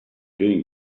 doing